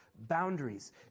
boundaries